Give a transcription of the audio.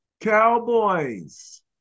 Cowboys